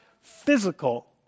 physical